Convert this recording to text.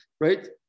right